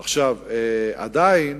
עכשיו, עדיין